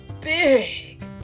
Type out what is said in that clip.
big